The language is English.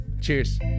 Cheers